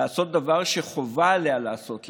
לעשות דבר שחובה עליה לעשות,